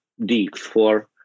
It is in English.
DX4